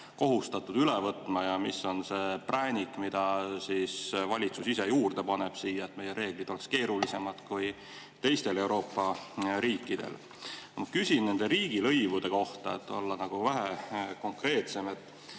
kohustatud üle võtma, ja mis on see präänik, mida siis valitsus ise juurde paneb, et meie reeglid oleks keerulisemad kui teistel Euroopa riikidel. Ma küsin nende riigilõivude kohta, et olla vähe konkreetsem. See